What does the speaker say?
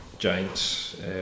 Giants